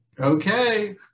okay